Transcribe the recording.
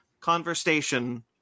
Conversation